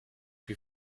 wie